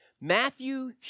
Matthew